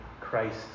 Christ